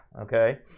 Okay